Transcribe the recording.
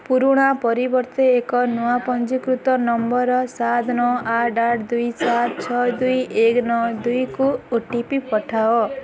ପୁରୁଣା ପରିବର୍ତ୍ତେ ଏକ ନୂଆ ପଞ୍ଜୀକୃତ ନମ୍ବର୍ ସାତ ନଅ ଆଠ ଆଠ ଦୁଇ ସାତ ଛଅ ଦୁଇ ଏକ ନଅ ଦୁଇକୁ ଓ ଟି ପି ପଠାଅ